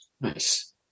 Nice